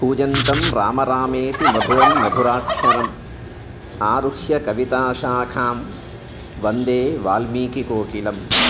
कूजन्तं रामरामेति मधुरं मधुराक्षरम् आरुह्य कविता शाखां वन्दे वाल्मीकि कोकिलं